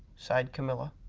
sighed camilla.